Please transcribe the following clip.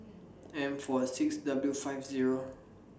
M four six W five Zero